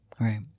Right